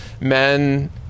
men